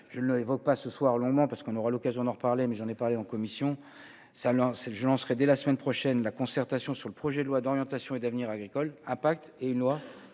je n'évoque pas ce soir longuement parce qu'on aura l'occasion d'en reparler, mais j'en ai parlé en commission, ça je lancerai dès la semaine prochaine la concertation sur le projet de loi d'orientation et d'avenir agricole un pacte et une loi